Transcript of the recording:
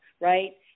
right